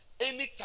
anytime